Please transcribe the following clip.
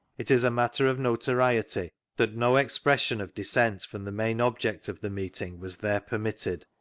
it is a matter of notoriety that no expression of dissent from the main object of the meeting was there permitted.